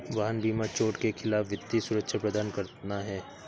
वाहन बीमा चोट के खिलाफ वित्तीय सुरक्षा प्रदान करना है